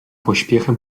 pośpiechem